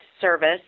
service